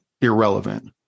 irrelevant